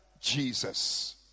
Jesus